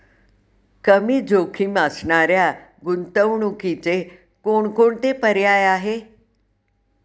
कमी जोखीम असणाऱ्या गुंतवणुकीचे कोणकोणते पर्याय आहे?